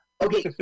Okay